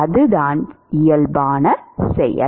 அதுதான் இயல்பான செயல்